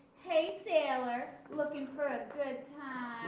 hey, sailor, looking for a good